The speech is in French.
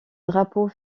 drapeau